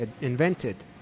invented